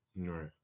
Right